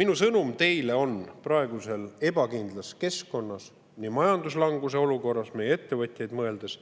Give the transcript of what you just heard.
Minu sõnum teile praeguses ebakindlas keskkonnas, majanduslanguse olukorras on nii meie ettevõtjatele mõeldes